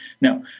Now